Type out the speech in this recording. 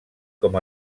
com